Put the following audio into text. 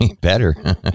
better